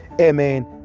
Amen